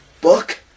book